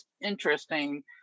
interesting